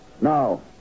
No